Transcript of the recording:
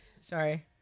Sorry